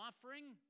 offering